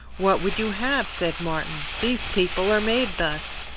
what would you have? said martin these people are made thus.